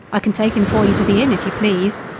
i can take him for you to the inn, if you please.